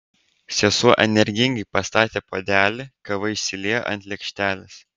sesuo energingai pastatė puodelį kava išsiliejo ant lėkštelės